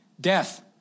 Death